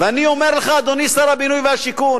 ואני אומר לך, אדוני שר הבינוי והשיכון,